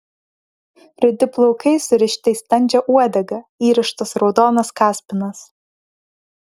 rudi plaukai surišti į standžią uodegą įrištas raudonas kaspinas